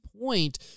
point